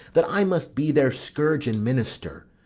that i must be their scourge and minister.